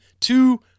two